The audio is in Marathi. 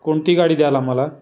कोणती गाडी द्याल आम्हाला